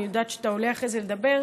אני יודעת שאתה עולה אחרי זה לדבר,